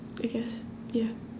I guess ya